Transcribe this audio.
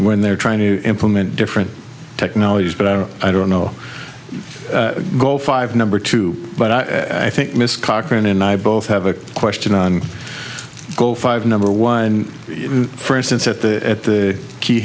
when they're trying to implement different technologies but i don't i don't know go five number two but i think miss cochran and i both have a question on go five number one for instance at the at the key